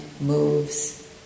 moves